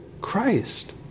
Christ